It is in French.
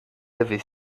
avez